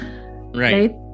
Right